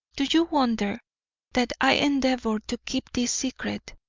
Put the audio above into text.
do you wonder that i endeavoured to keep this secret,